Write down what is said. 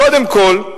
קודם כול,